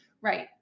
Right